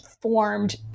formed